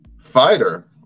fighter